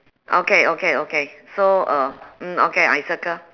okay okay okay so uh mm okay I circle